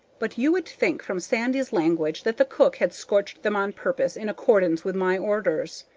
but you would think from sandy's language that the cook had scorched them on purpose, in accordance with my orders.